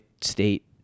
state